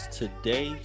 today